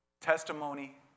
testimony